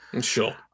Sure